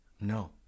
No